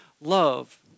love